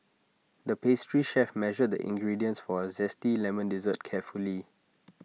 the pastry chef measured the ingredients for A Zesty Lemon Dessert carefully